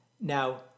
Now